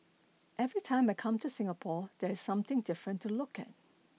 every time I come to Singapore there's something different to look at